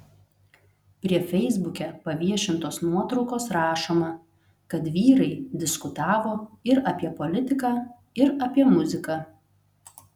prie feisbuke paviešintos nuotraukos rašoma kad vyrai diskutavo ir apie politiką ir apie muziką